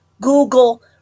Google